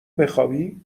بخوابی